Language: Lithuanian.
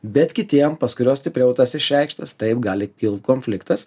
bet kitiem pas kuriuos stipriau tas išreikštas taip gali kilt konfliktas